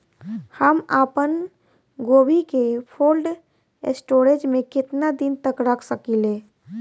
हम आपनगोभि के कोल्ड स्टोरेजऽ में केतना दिन तक रख सकिले?